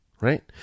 Right